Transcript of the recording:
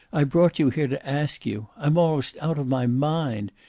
i brought you here to ask you. i'm almost out of my mind.